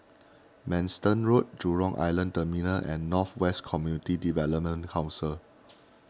Manston Road Jurong Island Terminal and North West Community Development Council